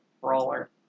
brawler